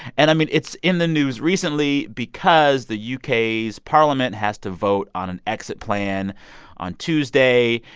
and, i mean, it's in the news recently because the u k s parliament has to vote on an exit plan on tuesday.